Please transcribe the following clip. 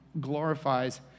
glorifies